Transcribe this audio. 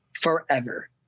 forever